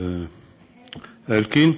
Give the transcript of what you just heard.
אלקין.